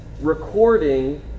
recording